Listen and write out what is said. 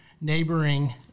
neighboring